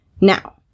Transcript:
Now